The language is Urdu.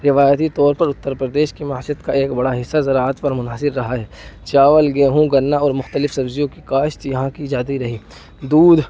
روایتی طور پر اتر پردیش کے معشیت کا ایک بڑا حصہ زراعت پر منحصر رہا ہے چاول گیہوں گنا اور مختلف سبزیوں کی کاشت یہاں کی جاتی رہی دودھ